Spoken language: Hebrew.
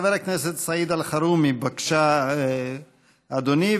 חבר הכנסת סעיד אלחרומי, בבקשה, אדוני.